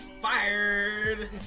fired